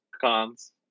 cons